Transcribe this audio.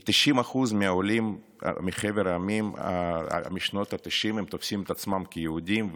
כי 90% מהעולים מחבר העולים משנות התשעים תופסים את עצמם כיהודים,